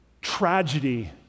tragedy